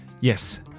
Yes